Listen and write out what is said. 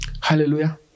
Hallelujah